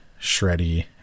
shreddy